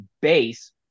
base